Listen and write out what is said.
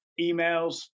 emails